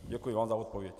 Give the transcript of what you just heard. Děkuji vám za odpověď.